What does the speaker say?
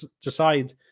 decide